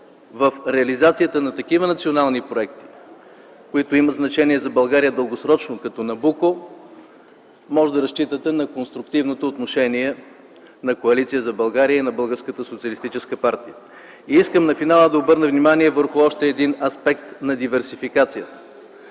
в реализацията на национални проекти с дългосрочно значение за България, като „Набуко”. Можете да разчитате на конструктивното отношение на Коалиция за България и на Българската социалистическа партия. На финала искам да обърна внимание върху още един аспект на диверсификацията,